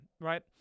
right